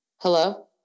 Hello